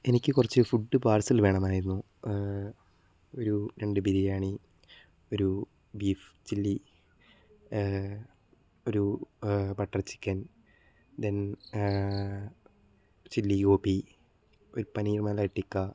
എനിക്ക് കുറച്ചു food parcel വേണമായിരുന്നു ഒരു രണ്ട് ബിരിയാണി ഒരു ബീഫ് ചില്ലി ഒരു butter chicken then chilli gobi ഒരു പനീർ മലായ് ടിക്ക